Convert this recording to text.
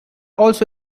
also